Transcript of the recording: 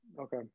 okay